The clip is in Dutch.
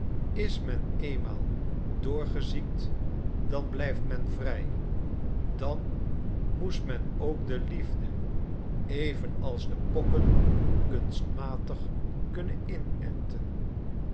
is men eenmaal doorgeziekt dan blijft men vrij dan moest men ook de liefde even als de pokken kunstmatig kunnen inenten